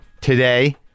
today